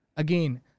Again